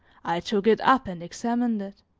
i took it up and examined it.